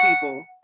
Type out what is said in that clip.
people